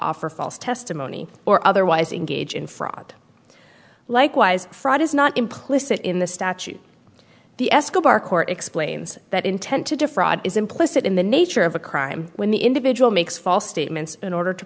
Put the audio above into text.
offer false testimony or otherwise engage in fraud likewise fraud is not implicit in the statute the escobar court explains that intent to defraud is implicit in the nature of a crime when the individual makes false statements in order to